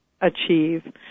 achieve